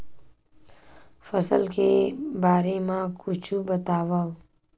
फसल के बारे मा कुछु बतावव